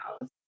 house